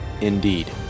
Indeed